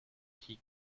qui